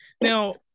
Now